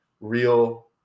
real